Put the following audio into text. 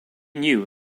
knew